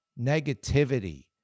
negativity